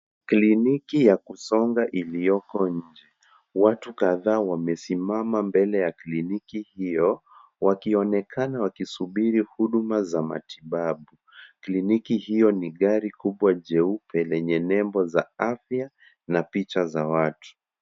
Kliniki ya kusonga iliyoko nje. Watu kadhaa wamesimama mbele ya kliniki hiyo, wakionekana wakisubiri huduma za matibabu. Kliniki hiyo ni gari kubwa jeupe lenye nembo za afya, na picha za watu.